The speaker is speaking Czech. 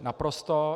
Naprosto.